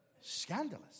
Scandalous